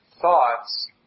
thoughts